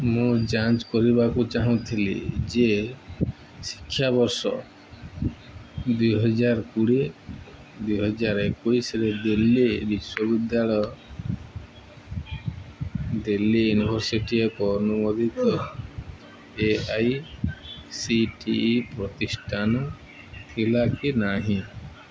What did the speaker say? ମୁଁ ଯାଞ୍ଚ କରିବାକୁ ଚାହୁଁଥିଲି ଯେ ଶିକ୍ଷାବର୍ଷ ଦୁଇହଜାର କୋଡ଼ିଏ ଦୁଇହଜାର ଏକୋଇଶରେ ଦିଲ୍ଲୀ ବିଶ୍ୱବିଦ୍ୟାଳୟ ଦିଲ୍ଲୀ ୟୁନିଭର୍ସିଟି ଅନୁମୋଦିତ A I C T E ପ୍ରତିଷ୍ଠାନ ଥିଲା କି ନାହିଁ